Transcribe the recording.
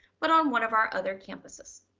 but on one of our other campuses.